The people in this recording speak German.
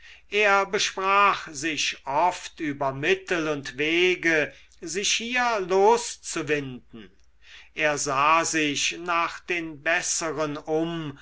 er besprach sich oft über mittel und wege sich hier loszuwinden er sah sich nach den besseren um